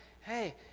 Hey